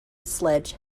sledge